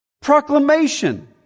proclamation